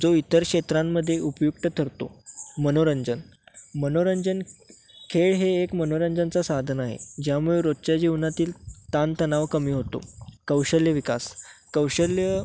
जो इतर क्षेत्रांमध्ये उपयुक्त ठरतो मनोरंजन मनोरंजन खेळ हे एक मनोरंजनाचा साधन आहे ज्यामुळे रोजच्या जीवनातील ताणतणाव कमी होतो कौशल्यविकास कौशल्य